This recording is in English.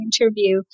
interview